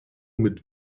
mit